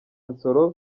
nsoro